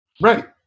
right